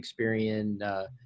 Experian